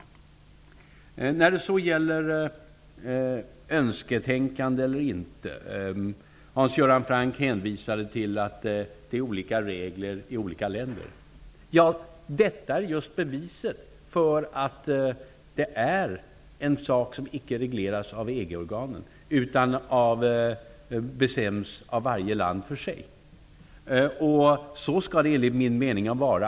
Hans Göran Franck talar om önsketänkande. Han hänvisade till att reglerna är olika i olika länder. Just detta är beviset för att det är en sak som icke regleras av EG-organen utan bestäms av varje land för sig. Så skall det enligt min mening vara.